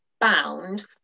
bound